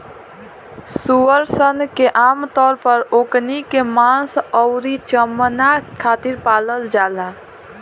सूअर सन के आमतौर पर ओकनी के मांस अउरी चमणा खातिर पालल जाला